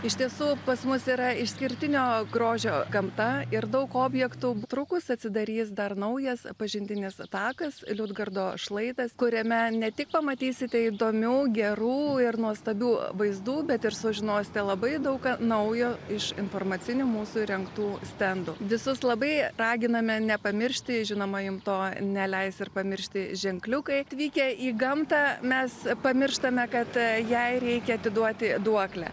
iš tiesų pas mus yra išskirtinio grožio gamta ir daug objektų netrukus atsidarys dar naujas pažintinis takas liudgardo šlaitas kuriame ne tik pamatysite įdomių gerų ir nuostabių vaizdų bet ir sužinosite labai daug ką naujo iš informacinių mūsų įrengtų stendų visus labai raginame nepamiršti žinoma jum to neleis ir pamiršti ženkliukai atvykę į gamtą mes pamirštame kad tai jai reikia atiduoti duoklę